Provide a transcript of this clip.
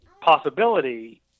possibility